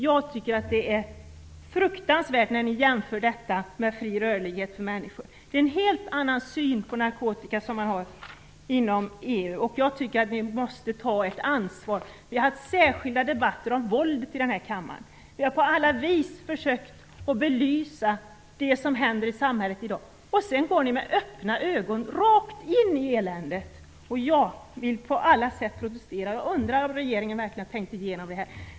Jag tycker att det är fruktansvärt att göra en jämförelse med fri rörlighet för människor. Inom EU har man en helt annan syn på narkotika. Jag tycker att ni måste ta ert ansvar. Vi har haft särskilda debatter om våldet i denna kammare och har på alla vis försökt att belysa det som händer i samhället i dag. Sedan går ni med öppna ögon rakt in i eländet. Jag vill på alla sätt protestera. Jag undrar om regeringen verkligen har tänkt igenom det här.